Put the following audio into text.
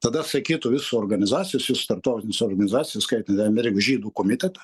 tada sakytų visos organizacijos visos tarptautinės organizacijos įskaitant ir ameriko žydų komitetą